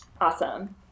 Awesome